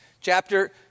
Chapter